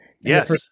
Yes